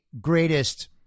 greatest